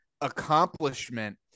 accomplishment